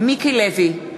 מיקי לוי,